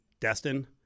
Destin